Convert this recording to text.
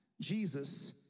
Jesus